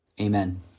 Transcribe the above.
amen